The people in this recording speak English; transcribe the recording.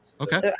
Okay